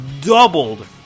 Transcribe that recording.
doubled